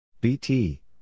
BT